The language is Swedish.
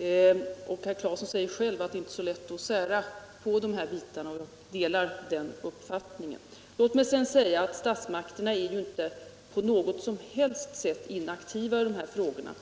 Herr Claeson säger själv att det inte är lätt att sära på de här bitarna. Jag delar den uppfattningen. Statsmakterna är inte på något som helst sätt inaktiva i dessa frågor.